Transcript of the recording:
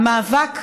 המאבק,